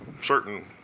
certain